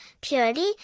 purity